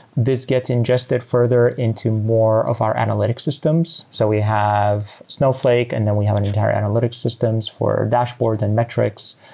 this get ingested further into more of our analytics systems. so we have snowflake and then we have an entire analytics systems for dashboard and metrics.